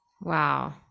Wow